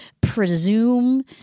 presume